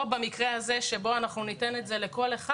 או במקרה הזה שבו אנחנו ניתן את זה לכל אחד,